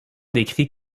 décrits